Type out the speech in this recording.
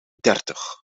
dertig